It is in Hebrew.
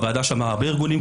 הוועדה שמעה הרבה ארגונים,